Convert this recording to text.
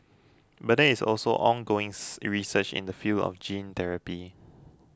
but there is also ongoings research in the field of gene therapy